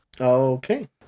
Okay